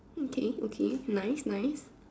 okay okay nice nice